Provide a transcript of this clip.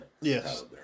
Yes